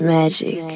magic